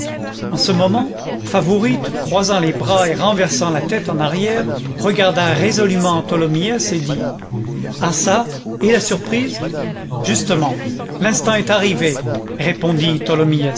en ce moment favourite croisant les bras et renversant la tête en arrière regarda résolûment tholomyès et dit ah çà et la surprise justement l'instant est arrivé répondit